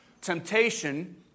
temptation